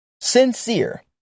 Sincere